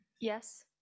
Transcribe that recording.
Yes